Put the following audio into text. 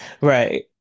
right